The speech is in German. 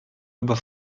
über